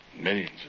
Millions